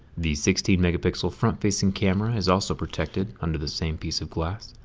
the sixteen megapixel front facing camera is also protected under the same piece of glass.